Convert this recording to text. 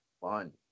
fun